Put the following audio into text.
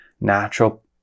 natural